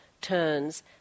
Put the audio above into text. turns